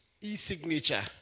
E-signature